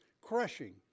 crushing